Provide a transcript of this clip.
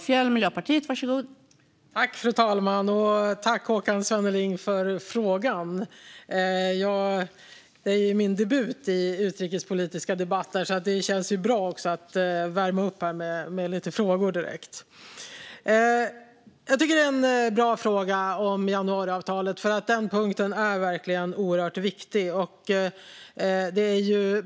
Fru talman! Tack, Håkan Svenneling, för frågan! Det här är min debut i en utrikespolitisk debatt, så det känns bra att också värma upp direkt med lite frågor. Jag tycker att frågan om januariavtalet är bra. Punkten är verkligen oerhört viktig.